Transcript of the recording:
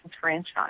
franchise